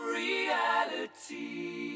reality